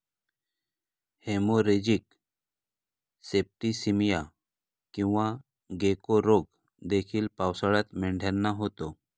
haemorrhagic septicaemia किंवा गेको रोग देखील पावसाळ्यात मेंढ्यांना होतो